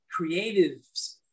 creatives